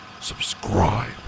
subscribe